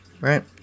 right